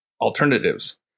alternatives